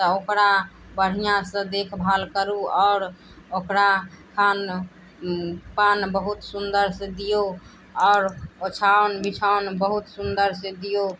तऽ ओकरा बढ़िऑं सऽ देखभाल करू आओर ओकरा खान पान बहुत सुन्दर से दियौ आओर ओछाउन बिछौन बहुत सुन्दर से दियौ